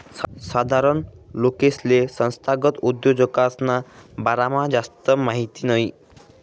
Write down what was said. साधारण लोकेसले संस्थागत उद्योजकसना बारामा जास्ती माहिती नयी